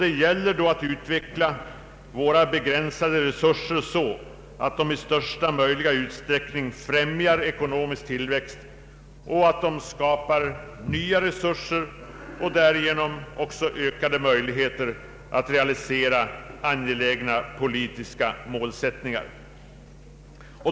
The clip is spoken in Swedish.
Det gäller då att utnyttja våra begränsade resurser så att de i största möjliga utsträckning främjar ekonomisk tillväxt och skapar nya resurser och därigenom också ökade möjligheter att realisera angelägna politiska målsättningar.